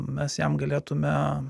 mes jam galėtume